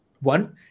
One